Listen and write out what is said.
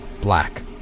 black